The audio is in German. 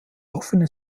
offene